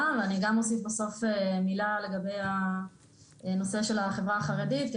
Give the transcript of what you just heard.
ואני גם אוסיף בסוף מילה לגבי נושא האוכלוסייה החרדית כי